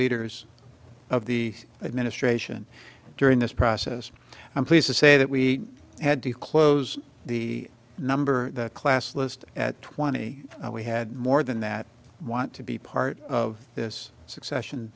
leaders of the administration during this process i'm pleased to say that we had to close the number class list at twenty we had more than that want to be part of this succession